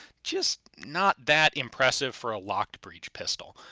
just not that impressive for a locked-breech pistol.